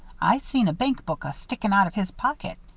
i seen a bankbook a-stickin' out of his pocket.